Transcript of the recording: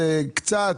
איזה קצץ,